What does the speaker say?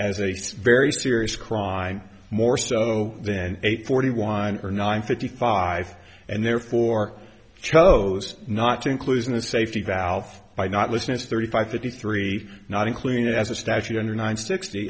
some very serious crime more so than eight forty one or nine fifty five and therefore chose not to include in the safety valve by not listening to thirty five thirty three not including as a statute under nine sixty